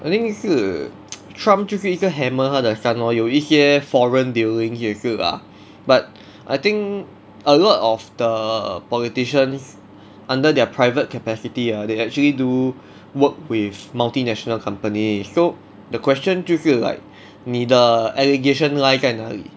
I think 是 trump 就是一直 hammer 他的 son lor 有一些 foreign dealings 也是 lah but I think a lot of the politicians under their private capacity ah they actually do work with multinational companies so the question 就是 like 你的 allegations lie 在哪里